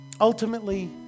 Ultimately